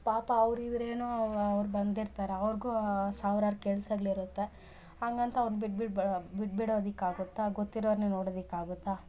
ಪಾಪ ಅವರಿವ್ರೇನೋ ಅವ್ರು ಬಂದಿರ್ತಾರೆ ಅವ್ರಿಗೂ ಸಾವ್ರಾರು ಕೆಲ್ಸಗಳಿರತ್ತೆ ಹಂಗಂತ ಅವ್ರನ್ನ ಬಿಡ್ಬಿಡಬೇಡ ಬಿಡ್ಬಿಡೋದಕ್ಕಾಗುತ್ತ ಗೊತ್ತಿರೋರನ್ನೆ ನೋಡೋದಕ್ ಆಗುತ್ತಾ